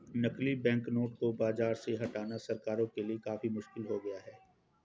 नकली बैंकनोट को बाज़ार से हटाना सरकारों के लिए काफी मुश्किल हो गया है